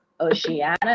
Oceana